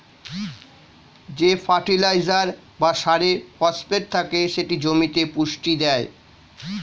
যে ফার্টিলাইজার বা সারে ফসফেট থাকে সেটি জমিতে পুষ্টি দেয়